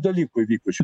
dalykų įvykusių